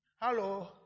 Hello